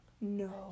No